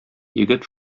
егет